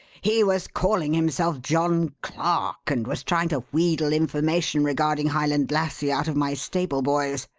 he was calling himself john clark and was trying to wheedle information regarding highland lassie out of my stable-boys.